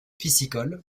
piscicole